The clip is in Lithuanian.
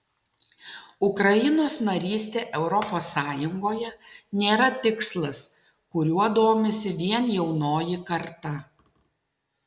ukrainos narystė europos sąjungoje nėra tikslas kuriuo domisi vien jaunoji karta